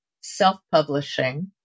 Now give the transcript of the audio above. self-publishing